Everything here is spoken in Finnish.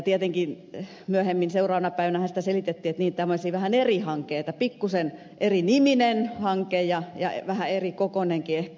tietenkin myöhemmin seuraavana päivänähän sitä selitettiin että niin tämä olisi vähän eri hanke pikkuisen eriniminen hanke ja vähän erikokoinenkin ehkä